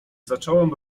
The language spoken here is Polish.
zacząłem